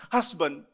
husband